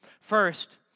First